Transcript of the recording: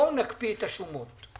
בואו נקפיא את השומות,